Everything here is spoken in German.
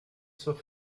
zur